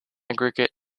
aggregate